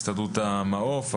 הסתדרות המעו"ף.